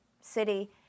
city